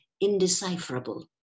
indecipherable